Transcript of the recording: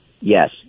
yes